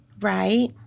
right